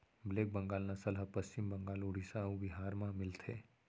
black Bengal नसल ह पस्चिम बंगाल, उड़ीसा अउ बिहार म मिलथे